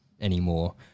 anymore